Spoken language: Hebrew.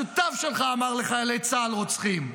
השותף שלך אמר שחיילי צה"ל רוצחים.